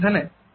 কেন এখানে